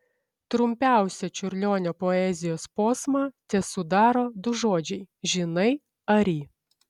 trumpiausią čiurlionio poezijos posmą tesudaro du žodžiai žinai ari